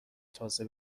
تازه